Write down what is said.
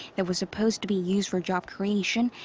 that was supposed to be used for job creation.